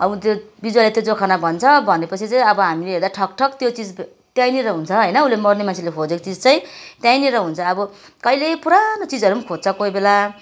अब त्यो बिजुवाले त्यो जोखाना भन्छ भनेपछि चाहिँ अब हामीले हेर्दा ठक ठक त्यो चिज त्यहीँनिर हुन्छ होइन उसले मर्ने मान्छेले खोजेको चिज चाहिँ त्यहीँनिर हुन्छ अब कहिले पुरानो चिजहरू पनि खोज्छ कोही बेला